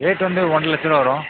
rate வந்து ஒன்றரை லட்சம் ரூபா வரும்